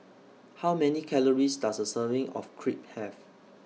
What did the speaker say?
How Many Calories Does A Serving of Crepe Have